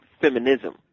feminism